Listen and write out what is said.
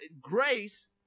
grace